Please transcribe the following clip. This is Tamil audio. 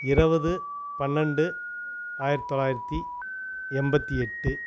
இருபது பன்னெண்டு ஆயிரத்தி தொள்ளாயிரத்தி எண்பத்தி எட்டு